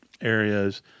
areas